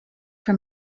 for